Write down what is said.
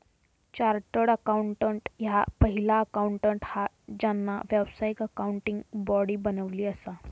chartered accountant ह्या पहिला accountant हा ज्यांना व्यावसायिक अकाउंटिंग बॉडी बनवली असा